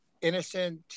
innocent